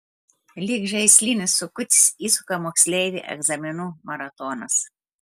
lyg žaislinis sukutis įsuka moksleivį egzaminų maratonas